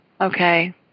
Okay